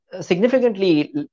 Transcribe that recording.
significantly